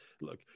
look